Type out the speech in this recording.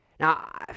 Now